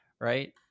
right